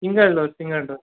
single door single door